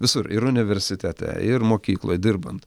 visur ir universitete ir mokykloj dirbant